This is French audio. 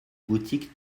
boutique